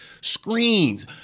Screens